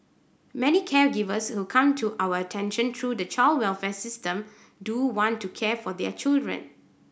many caregivers who come to our attention through the child welfare system do want to care for their children